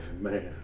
man